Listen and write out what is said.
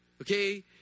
Okay